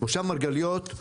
מושב מרגליות,